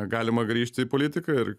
galima grįžti į politiką ir